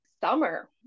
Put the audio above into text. summer